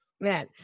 Man